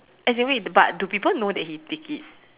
as in wait but do people know that he take it